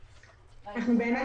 מה האופן שבו יחקרו הדברים,